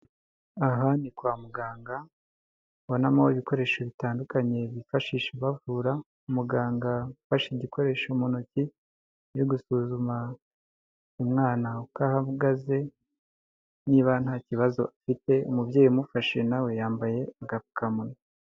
Aha ni kwa muganga ubonamo ibikoresho bitandukanye bifashisha bavura, umuganga ufashe igikoresho mu ntoki uri gusuzuma umwana uko ahagaze niba nta kibazo afite, umubyeyi umufashe nawe yambaye agakamoni.